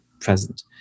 present